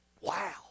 Wow